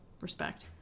respect